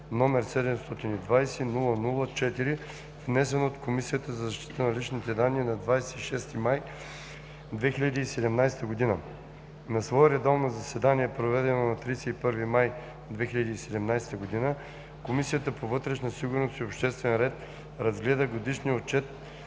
г., № 720-00-4, внесен от Комисията за защита на личните данни на 26 май 2017 г. На свое редовно заседание, проведено на 31 май 2017 г., Комисията по вътрешна сигурност и обществен ред разгледа Годишния отчет